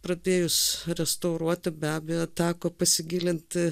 pradėjus restauruoti be abejo teko pasigilinti